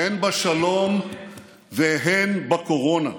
הן בשלום והן בקורונה.